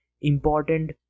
important